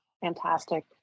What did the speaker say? Fantastic